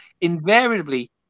invariably